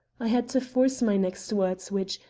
i had to force my next words, which,